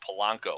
Polanco